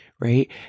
right